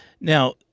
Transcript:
Now